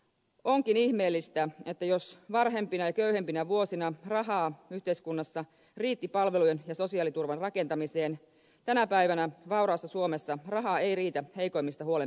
onkin ihmeellistä että jos varhempina ja köyhempinä vuosina rahaa yhteiskunnassa riitti palvelujen ja sosiaaliturvan rakentamiseen tänä päivänä vauraassa suomessa rahaa ei riitä heikoimmista huolen pitämiseen